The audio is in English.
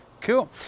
Cool